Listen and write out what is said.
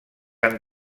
han